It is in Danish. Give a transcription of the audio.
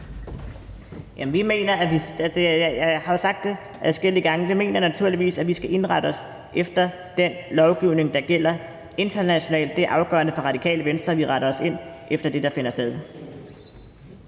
Jeg har jo sagt det adskillige gange. Vi mener naturligvis, at vi skal indrette os efter den lovgivning, der gælder internationalt. Det er afgørende for Radikale Venstre, at vi retter os ind efter det, der finder sted.